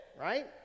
right